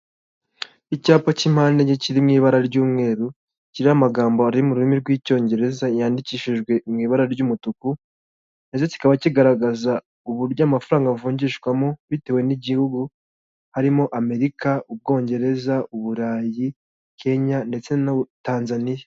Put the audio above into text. Icyapa cy'impande enye kiri mu ibara ry'umweru, kiriho amagambo ari mu rurimi rw'icyongereza yandikishijwe mu ibara ry'umutuku ndetse kikaba kigaragaza uburyo amafaranga avunjishwamo bitewe n'igihugu, harimo Amerika, Ubwongereza, Uburayi, Kenya ndetse na Tanzaniya.